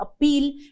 appeal